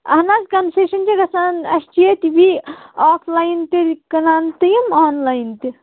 اَہَن حظ کَنسیٚشَن چھِ گَژھان اَسہِ چھُ ییٚتہِ یہِ آف لاین تہِ کٕنان تہِ یم آن لاین تہِ